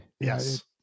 Yes